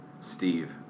steve